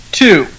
two